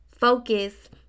focus